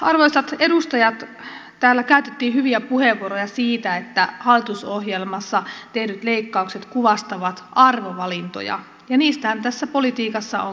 arvoisat edustajat täällä käytettiin hyviä puheenvuoroja siitä että hallitusohjelmassa tehdyt leikkaukset kuvastavat arvovalintoja ja niistähän tässä politiikassa on kysymys